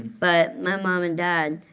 but my mom and dad,